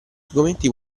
argomenti